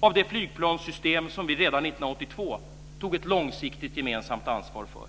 av det flygplanssystem som vi redan 1982 tog ett långsiktigt gemensamt ansvar för.